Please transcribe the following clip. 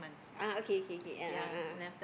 a'ah okay K K a'ah ah